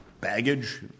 baggage